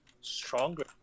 stronger